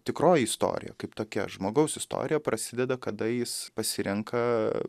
tikroji istorija kaip tokia žmogaus istorija prasideda kada jis pasirenka